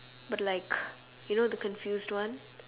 but like you know the confused one